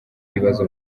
ibibazo